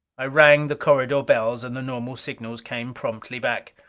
i rang the corridor bells, and the normal signals came promptly back.